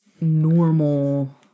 normal